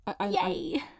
Yay